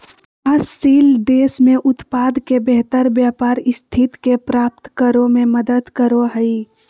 विकासशील देश में उत्पाद के बेहतर व्यापार स्थिति के प्राप्त करो में मदद करो हइ